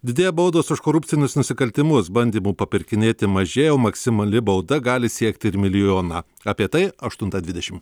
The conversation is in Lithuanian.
didėja baudos už korupcinius nusikaltimus bandymų papirkinėti mažėja o maksimali bauda gali siekti ir milijoną apie tai aštuntą dvidešimt